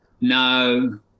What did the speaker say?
no